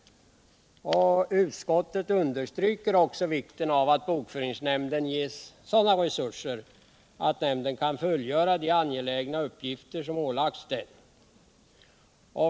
Utskottet understryker också ”vikten av att bokföringsnämnden ges sådana resurser att nämnden kan fullgöra de angelägna uppgifter som ålagts den”.